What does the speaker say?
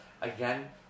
again